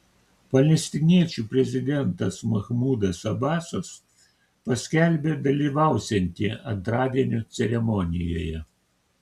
palestiniečių prezidentas mahmudas abasas paskelbė dalyvausianti antradienio ceremonijoje